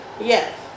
yes